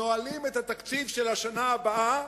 את התקציב של השנה הבאה,